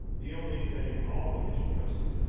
the only thing always present,